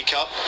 Cup